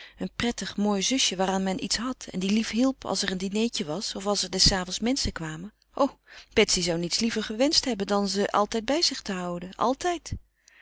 een prettig mooi zusje waaraan men iets had en die lief hielp als er een dinertje was of als er des avonds menschen kwamen o betsy zou niets liever gewenscht hebben dan ze altijd bij zich te houden altijd